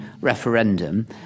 referendum